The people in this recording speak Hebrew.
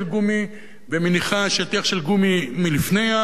ומניחה שטיח של גומי לפני התנור.